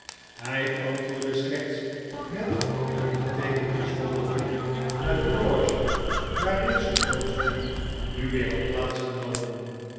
hij antwoordde slechts met een beteekenisvollen blik naar de loge waarin sir godfrey nu weer had plaats genomen